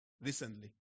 Recently